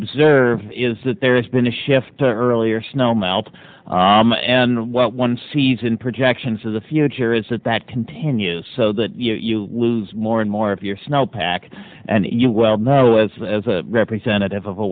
observe is that there has been a shift to earlier snow melt and what one sees in projections for the future is that that continues so that you lose more and more of your snow pack and you well know as as a representative of a